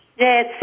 yes